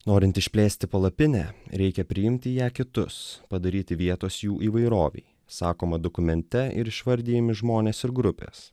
norint išplėsti palapinę reikia priimti ją kitus padaryti vietos jų įvairovei sakoma dokumente ir išvardijami žmonės ir grupės